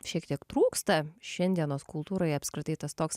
šiek tiek trūksta šiandienos kultūroj apskritai tas toks